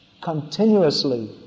continuously